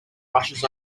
rushes